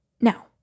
Now